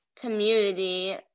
community